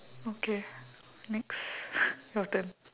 okay next your turn